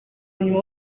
nyuma